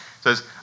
says